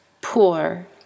Poor